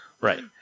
right